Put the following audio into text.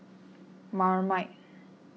Marmite